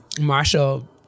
Marshall